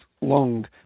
Long